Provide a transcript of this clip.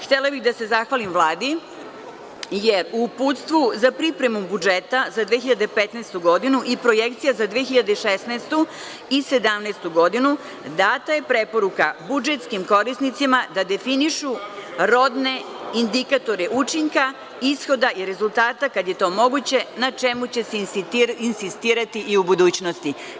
Htela bih da se zahvalim Vladi, jer u uputstvu za pripremu budžeta za 2015. godinu i projekcija za 2016. i 2017. godinu data je preporuka budžetskim korisnicima da definišu rodne indikatore učinka, ishoda i rezultata, kada je to moguće, na čemu će se insistirati i u budućnosti.